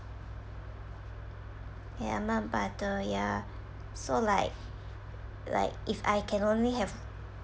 ya butter ya so like like if I can only have